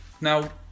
Now